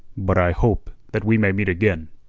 but i hope that we may meet again.